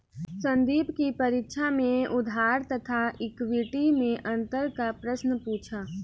संदीप की परीक्षा में उधार तथा इक्विटी मैं अंतर का प्रश्न पूछा